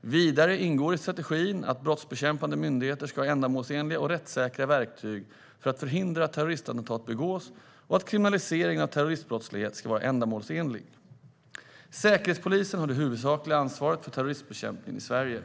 Vidare ingår i strategin att brottsbekämpande myndigheter ska ha ändamålsenliga och rättssäkra verktyg för att förhindra att terroristattentat begås och att kriminaliseringen av terroristbrottslighet ska vara ändamålsenlig. Säkerhetspolisen har det huvudsakliga ansvaret för terrorismbekämpningen i Sverige.